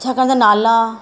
छाकाणि त नाला